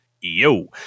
yo